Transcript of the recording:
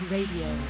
Radio